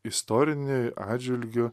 istorinį atžvilgiu